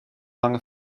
lange